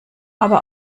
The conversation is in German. aber